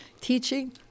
teaching